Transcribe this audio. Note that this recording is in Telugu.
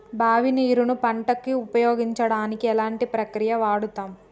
బావి నీరు ను పంట కు ఉపయోగించడానికి ఎలాంటి ప్రక్రియ వాడుతం?